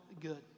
good